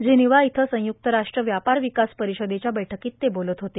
Geneva इथं संयुक्त राष्ट्र व्यापार विकास परिषदेच्या बैठ्कीत ते बोलत होते